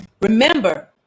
remember